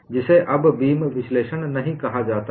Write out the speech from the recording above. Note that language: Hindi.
जिसे अब बीम विश्लेषण नहीं कहा जाता है